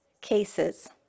cases